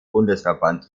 bundesverband